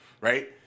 right